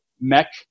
mech